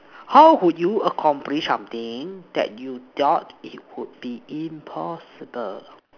how would you accomplish something that you doubt it would be impossible